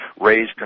raise